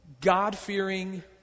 God-fearing